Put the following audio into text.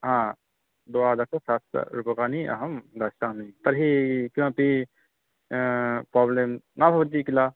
हा द्वादशसहस्ररूपप्यकानि अहं दास्यामि तर्हि किमपि पोब्लें न भवति किल